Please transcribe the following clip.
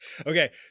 Okay